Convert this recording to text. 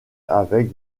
avec